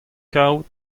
kaout